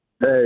Hey